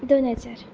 दोन हजार